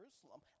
Jerusalem